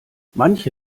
manche